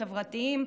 חברתיים,